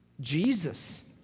Jesus